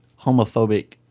homophobic